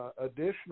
additional